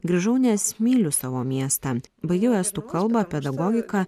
grįžau nes myliu savo miestą baigiau estų kalbą pedagogiką